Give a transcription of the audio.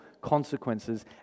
consequences